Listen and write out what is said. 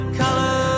color